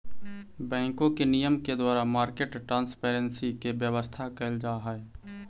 बैंकों के नियम के द्वारा मार्केट ट्रांसपेरेंसी के व्यवस्था कैल जा हइ